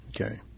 Okay